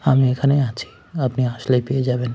আমি এখানেই আছি আপনি আসলেই পেয়ে যাবেন